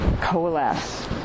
coalesce